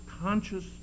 conscious